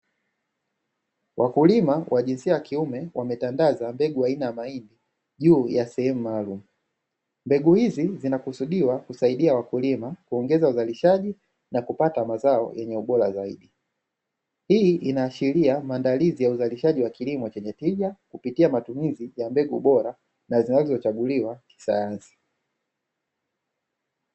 Wakulima wa jinsia ya kiume wametandaza mbegu aina ya mahindi juu ya sehemu maalumu, mbegu hizi zimekusudiwa kusaidia wakulima kuongeza uzalishaji na kupata mazao yenye ubora zaidi, hii inaashiria maandalizi ya uzalishaji wa kilimo chenye tija kupitia matumizi ya mbegu bora na zinazochaguliwa kisayansi.